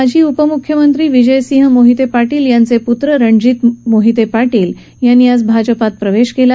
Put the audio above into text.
माजी उपमुख्यमंत्री विजयसिंह मोहिते पार्शील यांचे पुत्र रणजीत मोहिते पार्शील यांनी आज भारतीय जनता पार्पीत प्रवेश केला